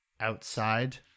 outside